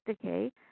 decay